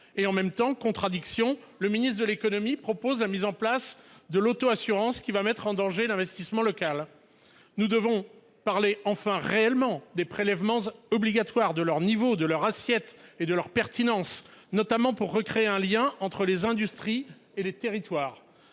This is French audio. et en même temps »- contradiction !-, le ministre de l'économie propose la mise en place de l'autoassurance pour les collectivités, ce qui va mettre l'investissement local en danger. Nous devons parler réellement des prélèvements obligatoires, de leur niveau, de leur assiette et de leur pertinence, notamment pour recréer un lien entre les industries et les territoires